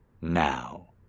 Now